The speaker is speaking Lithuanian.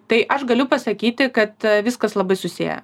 tai aš galiu pasakyti kad viskas labai susiję